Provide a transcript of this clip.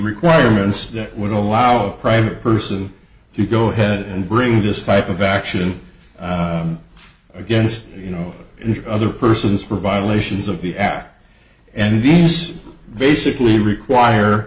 requirements that would allow private person to go ahead and bring this type of action against you know other persons for violations of the act and these basically require